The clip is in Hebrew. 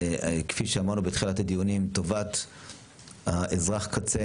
כפי שאמרנו בתחילת הדיונים, טובת אזרח הקצה